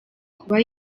kuba